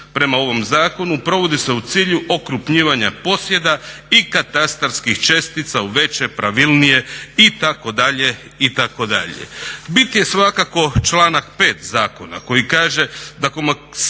prema ovom zakonu provodi se u cilju okrupnjivanja posjeda i katastarskih čestica u veće pravilnije itd., itd. Bit je svakako članak 5. Zakona koji kaže da komasacija